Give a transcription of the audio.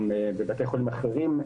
גם בבתי חולים אחרים,